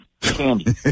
candy